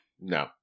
No